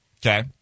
okay